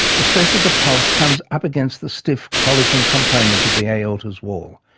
the stress of the pulse comes up against the stiff, collagen component of the aorta's wall.